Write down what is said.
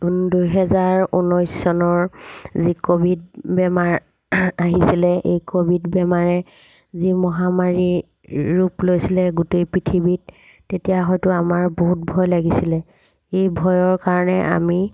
দুহেজাৰ ঊনৈছ চনৰ যি ক'ভিড বেমাৰ আহিছিলে এই ক'ভিড বেমাৰে যি মহামাৰীৰ ৰূপ লৈছিলে গোটেই পৃথিৱীত তেতিয়া হয়তো আমাৰ বহুত ভয় লাগিছিলে এই ভয়ৰ কাৰণে আমি